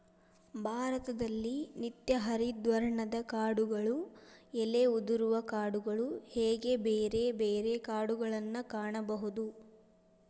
ಭಾರತದಲ್ಲಿ ನಿತ್ಯ ಹರಿದ್ವರ್ಣದ ಕಾಡುಗಳು ಎಲೆ ಉದುರುವ ಕಾಡುಗಳು ಹೇಗೆ ಬೇರೆ ಬೇರೆ ಕಾಡುಗಳನ್ನಾ ಕಾಣಬಹುದು